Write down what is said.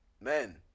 men